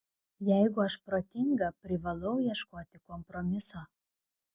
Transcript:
jeigu aš protinga privalau ieškoti kompromiso